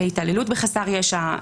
התעללות בחסר ישע,